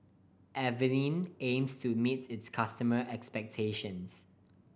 Avene aims to meet its customers' expectations